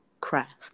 craft